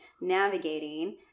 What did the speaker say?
navigating